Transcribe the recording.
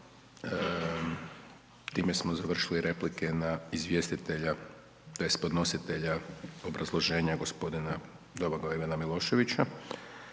Time smo završili replike na izvjestitelja tj. podnositelja obrazloženja gospodina Domagoja Ivana Miloševića.